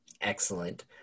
Excellent